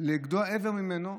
לגדוע איבר ממנו.